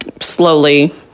slowly